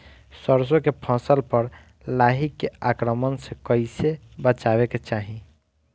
सरसो के फसल पर लाही के आक्रमण से कईसे बचावे के चाही?